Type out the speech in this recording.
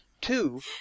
Two